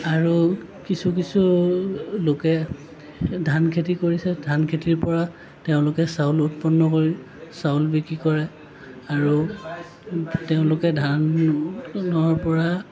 আৰু কিছু কিছু লোকে ধান খেতি কৰিছে ধান খেতিৰ পৰা তেওঁলোকে চাউল উৎপন্ন কৰি চাউল বিক্ৰী কৰে আৰু তেওঁলোকে ধানৰ পৰা